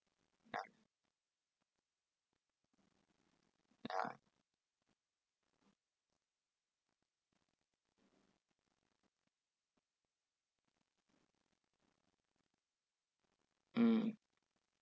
ah ah mm